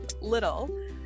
little